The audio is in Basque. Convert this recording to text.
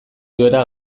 joera